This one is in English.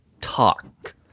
talk